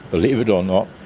believe it or not,